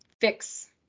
fix